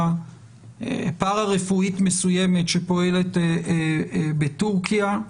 פרא-רפואית מסוימת שפועלת בטורקיה.